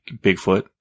Bigfoot